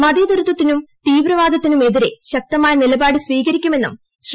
മതേതരത്വത്തിനും തീവ്രവാദത്തിനുമെതിരെ ശക്തമായ നിലപാട് സ്വീകരിക്കുമെന്നും ശ്രീ